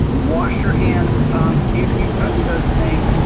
wash your hands if you touch those things,